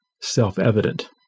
self-evident